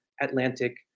Atlantic